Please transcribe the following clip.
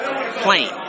plain